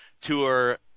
tour